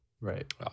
Right